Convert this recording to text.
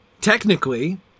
technically